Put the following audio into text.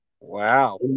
Wow